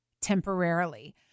temporarily